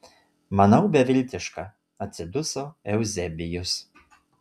manau beviltiška atsiduso euzebijus